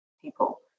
people